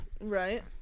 Right